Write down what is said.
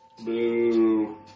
Boo